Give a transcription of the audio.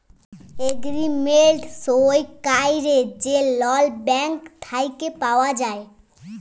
agreement সই ক্যইরে যে লল ব্যাংক থ্যাইকে পাউয়া যায়